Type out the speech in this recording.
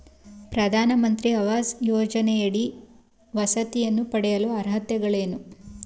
ಪ್ರಧಾನಮಂತ್ರಿ ಆವಾಸ್ ಯೋಜನೆಯಡಿ ವಸತಿಯನ್ನು ಪಡೆಯಲು ಅರ್ಹತೆಗಳೇನು?